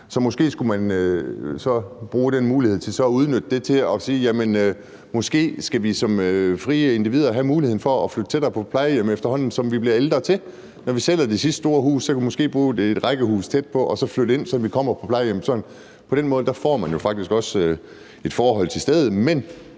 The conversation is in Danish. Måske skulle man bruge den mulighed til så at udnytte det til at sige, at måske skal vi som frie individer have muligheden for at flytte tættere på plejehjemmet, efterhånden som vi bliver ældre. Når vi sælger det sidste store hus, kan vi måske bo i et rækkehus tæt på og så flytte ind, så vi kommer på plejehjemmet. På den måde får man jo faktisk også et forhold til stedet,